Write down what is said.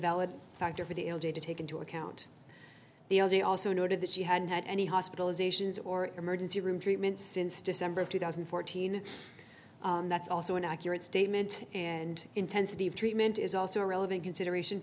l d to take into account the day also noted that she hadn't had any hospitalizations or emergency room treatments since december of two thousand and fourteen that's also an accurate statement and intensity of treatment is also a relevant consideration